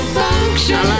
function